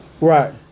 right